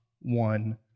one